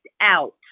out